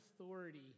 authority